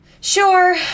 Sure